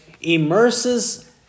immerses